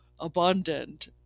abundant